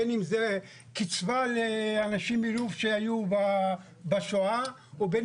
בין אם זה קצבה לאנשים מלוב שהיו בשואה ובין